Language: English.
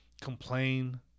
complain